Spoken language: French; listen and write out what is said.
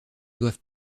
doivent